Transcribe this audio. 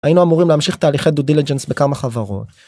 היינו אמורים להמשיך תהליכי Due Diligence בכמה חברות.